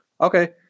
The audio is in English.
Okay